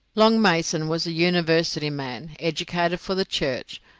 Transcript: long mason was a university man, educated for the church,